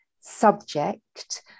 subject